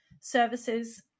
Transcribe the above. services